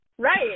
Right